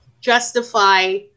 justify